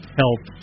health